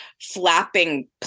flapping